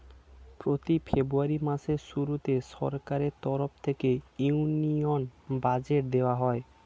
প্রতি ফেব্রুয়ারি মাসের শুরুতে সরকারের তরফ থেকে ইউনিয়ন বাজেট দেওয়া হয়